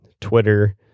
Twitter